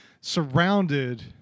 surrounded